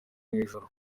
ijoro